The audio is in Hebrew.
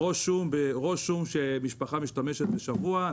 ראש שום שמשפחה משתמשת בו בשבוע,